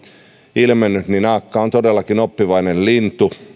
ilmennyt naakka on todellakin oppivainen lintu